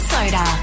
Soda